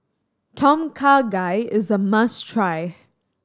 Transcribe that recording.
Tom Kha Gai is a must try